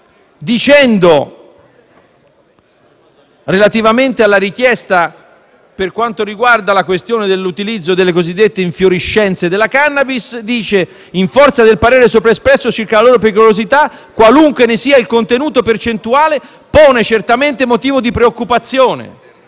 ritenendo, relativamente alla questione dell'utilizzo delle cosiddette infiorescenze di *cannabis* che: «in forza del parere sopra espresso circa la loro pericolosità, qualunque ne sia il contenuto percentuale, pone certamente motivo di preoccupazione